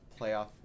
playoff